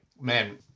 man